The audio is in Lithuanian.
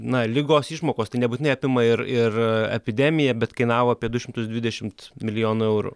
na ligos išmokos tai nebūtinai apima ir ir epidemiją bet kainavo apie du šimtus dvidešimt milijonų eurų